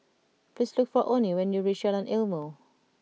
please look for Onnie when you reach Jalan Ilmu